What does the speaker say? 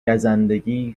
گزندگی